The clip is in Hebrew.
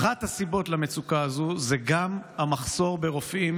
אחת הסיבות למצוקה הזו היא גם המחסור ברופאים,